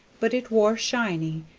but it wore shiny,